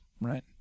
right